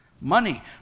money